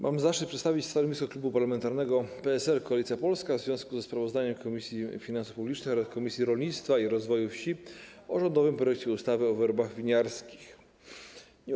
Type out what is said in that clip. Mam zaszczyt przedstawić stanowisko klubu parlamentarnego PSL - Koalicja Polska w związku ze sprawozdaniem Komisji Finansów Publicznych oraz Komisji Rolnictwa i Rozwoju Wsi o rządowym projekcie ustawy o wyrobach winiarskich, druk nr 1314.